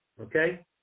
Okay